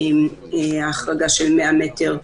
ההחרגה של 100 מטר,